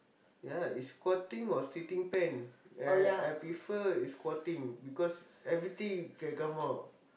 yea it's squatting or sitting pen uh I prefer is squatting because everything can come out